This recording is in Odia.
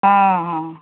ହଁ ହଁ